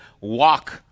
walk